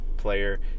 player